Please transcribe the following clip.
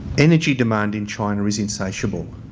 energy demand in china is insatiable,